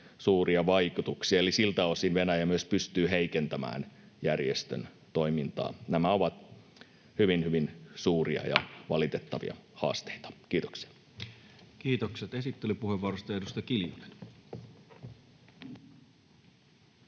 suuria vaikutuksia. Eli siltä osin Venäjä myös pystyy heikentämään järjestön toimintaa. Nämä ovat hyvin, hyvin suuria ja valitettavia haasteita. — Kiitoksia. Kiitokset esittelypuheenvuorosta. — Edustaja Kiljunen.